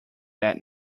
that